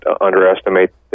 underestimate